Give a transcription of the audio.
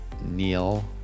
neil